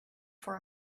for